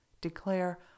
Declare